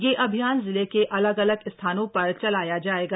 यह अभियान जिले के अलग अलग स्थानो पर चलाया जायेगा